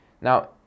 Now